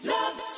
Love